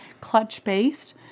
clutch-based